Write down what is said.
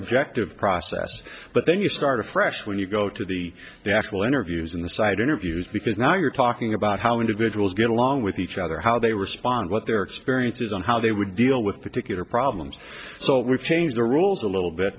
objective process but then you start afresh when you go to the actual interviews in the side interviews because now you're talking about how individuals get along with each other how they respond what their experience is on how they would deal with particular problems so we've changed the rules a little bit